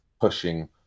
pushing